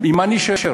ועם מה נישאר?